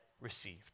received